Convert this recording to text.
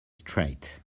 straight